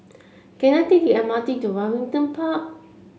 can I take the M R T to Waringin Park